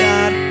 God